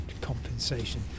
compensation